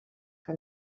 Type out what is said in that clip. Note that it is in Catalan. que